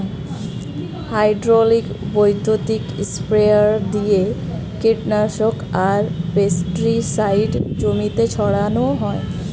hydraulic বৈদ্যুতিক sprayer দিয়ে কীটনাশক আর পেস্টিসাইড জমিতে ছড়ান হয়